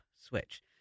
switch